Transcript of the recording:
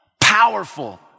powerful